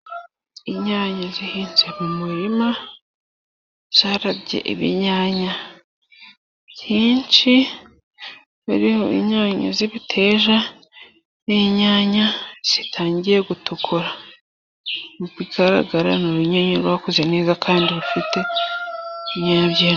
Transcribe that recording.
Inyanya zihinze mu murima zarabye ibinyanya byinshi, biriho inyanya z'ibiteja, n'inyanya zitangiye gutukura. Mu bigaragara ni urunyanya rwakoze neza kandi rufite ibinyanya byinshi.